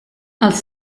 els